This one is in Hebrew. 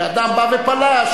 שאדם בא ופלש,